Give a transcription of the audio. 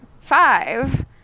Five